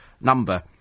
number